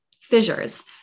fissures